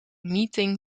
meeting